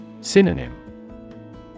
Synonym